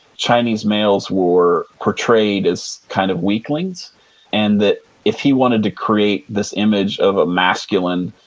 chinese males were portrayed as kind of weaklings and that if he wanted to create this image of a masculine,